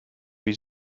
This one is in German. wie